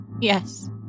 yes